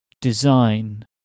design